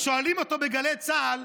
שואלים אותו בגלי צה"ל: